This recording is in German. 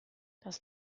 das